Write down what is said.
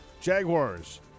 Jaguars